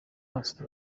hasi